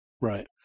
Right